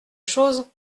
chose